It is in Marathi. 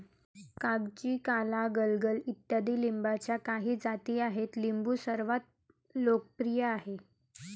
कागजी, काला, गलगल इत्यादी लिंबाच्या काही जाती आहेत लिंबू सर्वात लोकप्रिय आहे